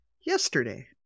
yesterday